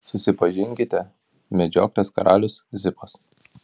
susipažinkite medžioklės karalius zipas